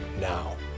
now